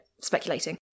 speculating